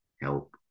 help